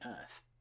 Earth